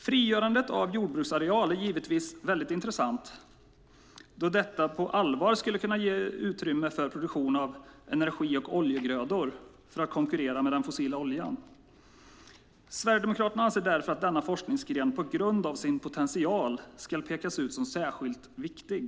Frigörandet av jordbruksareal är givetvis väldigt intressant, då det på allvar skulle kunna ges utrymme för produktion av energi och oljegrödor för att konkurrera med den fossila oljan. Sverigedemokraterna anser därför att denna forskningsgren på grund av sin potential ska pekas ut som särskilt viktig.